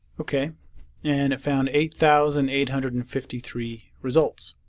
o k. and it found eight thousand eight hundred and fifty three results